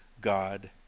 God